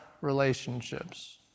relationships